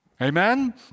Amen